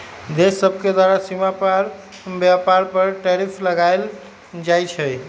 देश सभके द्वारा सीमा पार व्यापार पर टैरिफ लगायल जाइ छइ